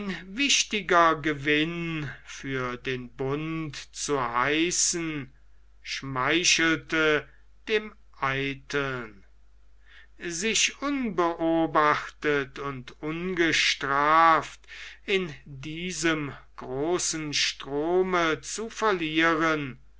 wichtiger gewinn für den bund zu heißen schmeichelte dem eiteln sich unbeobachtet und ungestraft in diesem großen strome zu verlieren